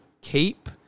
keep